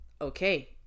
okay